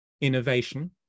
innovation